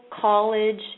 college